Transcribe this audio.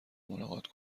ملاقات